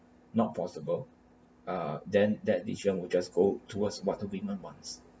not possible ah then that decision will just go towards what the women wants